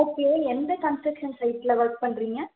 okay எந்த construction சைட்டில் work பண்ணுறீங்க